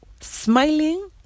Smiling